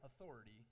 authority